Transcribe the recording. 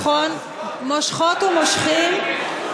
נכון, מושכות ומושכים.